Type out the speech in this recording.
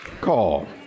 call